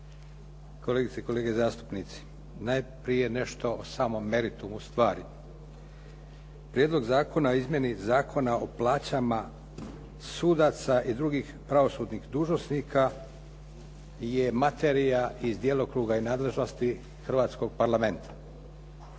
kolegice i kolege zastupnici. Najprije nešto o samom meritumu stvari. Prijedlog zakona o Izmjeni zakona o plaćama sudaca i drugih pravosudnih dužnosnika je materija iz djelokruga i nadležnosti Hrvatskoga parlamenta.